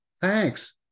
Thanks